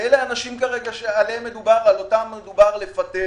ואלה האנשים עליהם מדובר עכשיו, אותם רוצים לפטר.